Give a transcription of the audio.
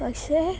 പക്ഷേ